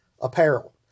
apparel